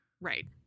Right